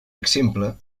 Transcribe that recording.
exemple